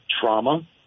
trauma